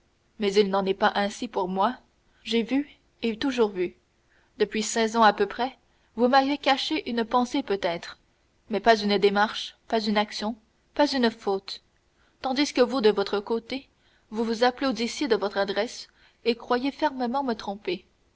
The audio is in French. mais il n'en est pas ainsi pour moi j'ai vu et toujours vu depuis seize ans à peu près vous m'avez caché une pensée peut-être mais pas une démarche pas une action pas une faute tandis que vous de votre côté vous vous applaudissiez de votre adresse et croyiez fermement me tromper